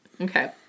Okay